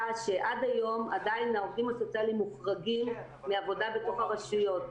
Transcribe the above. שעד היום עדיין העובדים הסוציאליים מוחרגים מעבודה בתוך הרשויות.